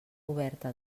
oberta